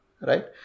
right